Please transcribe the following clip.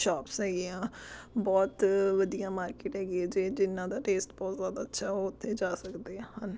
shops ਹੈਗੀਆਂ ਬਹੁਤ ਵਧੀਆ ਮਾਰਕੀਟ ਹੈਗੀ ਆ ਜੇ ਜਿਨ੍ਹਾਂ ਦਾ ਟੇਸਟ ਬਹੁਤ ਜ਼ਿਆਦਾ ਅੱਛਾ ਉਹ ਉੱਥੇ ਜਾ ਸਕਦੇ ਹਨ